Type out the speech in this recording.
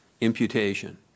imputation